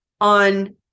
on